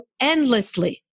endlessly